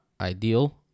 ideal